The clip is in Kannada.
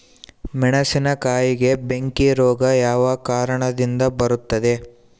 ಮೆಣಸಿನಕಾಯಿಗೆ ಬೆಂಕಿ ರೋಗ ಯಾವ ಕಾರಣದಿಂದ ಬರುತ್ತದೆ?